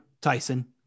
Tyson